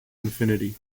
infinity